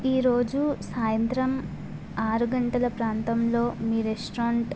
ఈరోజు సాయంత్రం ఆరు గంటల ప్రాంతంలో మీ రెస్టారెంట్